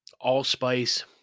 allspice